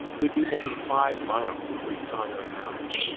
it would be more than five miles before you saw another house